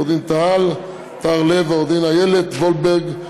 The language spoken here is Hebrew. עו"ד תהל טהר-לב ועו"ד איילת וולברג,